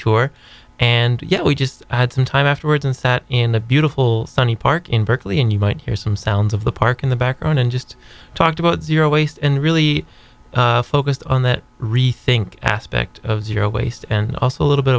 tour and you know we just had some time afterwards and sat in a beautiful sunny park in berkeley and you might hear some sounds of the park in the back on and just talked about zero waste and really focused on that rethink aspect of zero waste and also a little bit